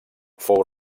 fou